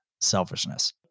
selfishness